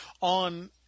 on